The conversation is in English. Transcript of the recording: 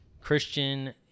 Christian